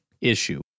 issue